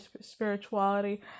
spirituality